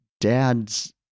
dad's